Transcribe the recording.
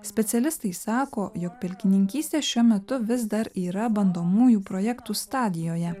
specialistai sako jog pelkininkystė šiuo metu vis dar yra bandomųjų projektų stadijoje